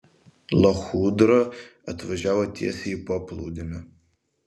lachudra atvažiavo tiesiai į paplūdimį